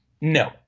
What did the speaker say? No